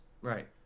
Right